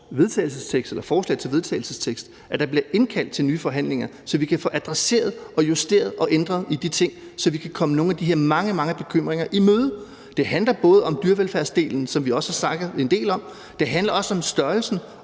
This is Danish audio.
forslag til vedtagelsestekst, at der bliver indkaldt til nye forhandlinger, så vi kan få adresseret og justeret og ændret i de ting, og så vi kan komme nogle af de her mange, mange bekymringer i møde. Det handler både om dyrevelfærdsdelen, som vi også har snakket en del om, men det handler også om størrelsen